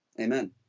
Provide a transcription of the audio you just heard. Amen